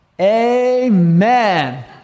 amen